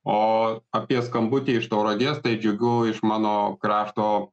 o apie skambutį iš tauragės tai džiugiu iš mano krašto